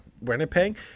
Winnipeg